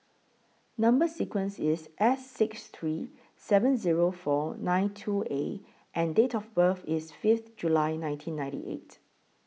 Number sequence IS S six three seven Zero four nine two A and Date of birth IS Fifth July nineteen ninety eight